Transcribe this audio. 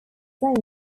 same